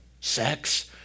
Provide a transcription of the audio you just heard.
sex